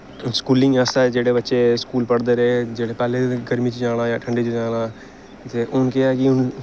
ते हून स्कूलिंग आस्तै जेह्ड़े बच्चे स्कूल पढ़दे रेह् जेह्ड़े पैह्लें गर्मी च जाना जां ठंडी च जाना ते हून केह् ऐ कि हून